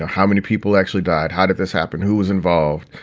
ah how many people actually died. how did this happen? who was involved?